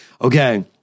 Okay